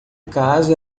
caso